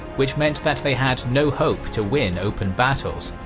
which meant that they had no hope to win open battles.